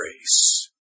grace